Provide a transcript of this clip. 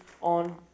on